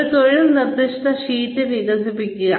ഒരു തൊഴിൽ നിർദ്ദേശ ഷീറ്റ് വികസിപ്പിക്കുക